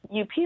UP